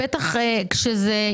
אני מבקש שנקיים הצבעה על כל סעיף.